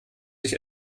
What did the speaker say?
sich